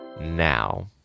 now